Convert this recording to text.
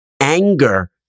anger